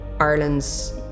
Ireland's